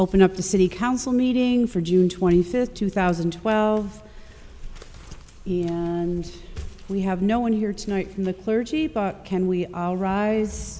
open up the city council meeting for june twenty fifth two thousand and twelve and we have no one here tonight from the clergy but can we all rise